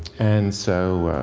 and so,